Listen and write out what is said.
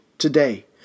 today